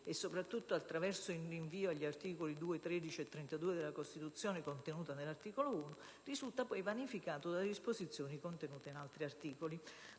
e soprattutto attraverso il rinvio agli articoli 2, 13 e 32 della Costituzione contenuto nell'articolo 1, risulta poi vanificato dalle disposizioni previste da altri articoli.